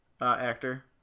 actor